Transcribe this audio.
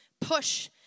push